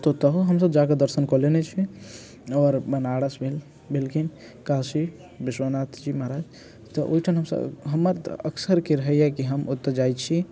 तऽ ओतहो हमसब जाके दर्शन कऽ लेने छी और बनारस भेल भेलखिन काशी विश्वनाथ जी महाराज तऽ ओयठाम हमसब हमर तऽ अक्सर के रहैये की हम ओतऽ जाय छी